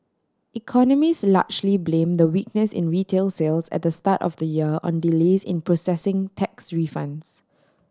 economist largely blame the weakness in retail sales at the start of the year on delays in processing tax refunds